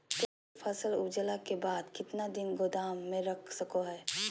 प्याज के फसल उपजला के बाद कितना दिन गोदाम में रख सको हय?